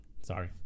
sorry